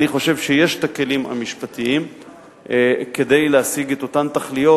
אני חושב שיש כלים משפטיים כדי להשיג את אותן תכליות,